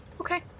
Okay